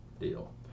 deal